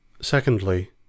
Secondly